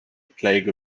plague